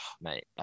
mate